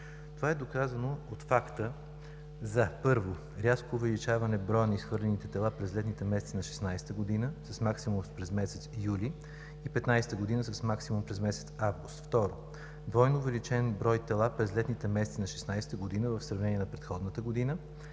Това е доказано от факта за: Първо, рязко увеличаване на броя на изхвърлените тела през летните месеци на 2016 г. – с максимум през месец юли, и през 2015 г. – с максимум през месец август. Второ, двойно увеличен брой тела през летните месеци на 2016 г. в сравнение на предходната година.